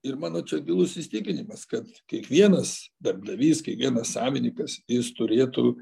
ir mano čia gilus įsitikinimas kad kiekvienas darbdavys kiekvienas savininkas jis turėtų